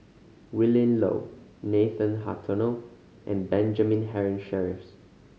Willin Low Nathan Hartono and Benjamin Henry Sheares